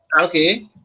Okay